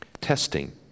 Testing